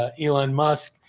ah elon musk,